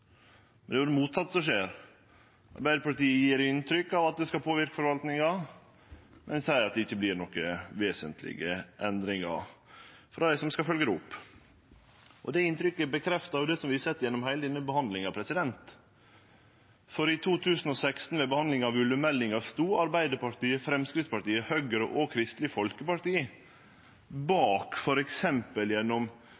Men det er det motsette som skjer. Arbeidarpartiet gjev inntrykk av at det skal påverke forvaltinga, men seier at det ikkje vert nokre vesentlege endringar for dei som skal følgje det opp. Det inntrykket bekreftar det vi har sett gjennom heile denne behandlinga. I 2016, ved behandlinga av ulvemeldinga, stod Arbeidarpartiet, Framstegspartiet, Høgre og Kristeleg Folkeparti